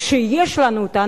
כשיש לנו אותה,